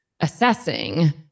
assessing